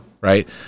right